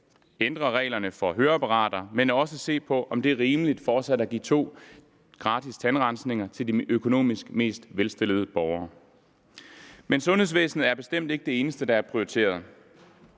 ændre reglerne for høreapparater, men vi har også set på, om det er rimeligt fortsat at give to gratis tandrensninger til de økonomisk mest velstillede borgere. Men sundhedsvæsenet er bestemt ikke det eneste, der er prioriteret.